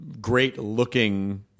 great-looking